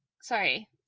Sorry